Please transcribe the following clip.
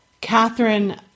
Catherine